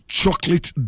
chocolate